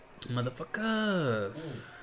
Motherfuckers